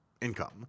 income